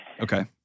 Okay